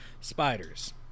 spiders